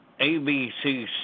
ABC